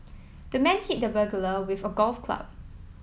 the man hit the burglar with a golf club